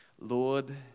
Lord